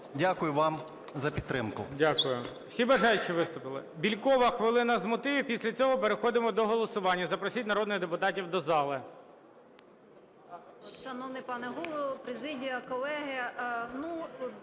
Дякую вам за підтримку.